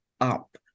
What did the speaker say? up